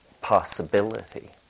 possibility